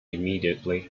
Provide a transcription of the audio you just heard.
immediately